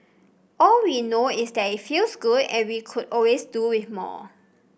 all we know is that it feels good and we could always do with more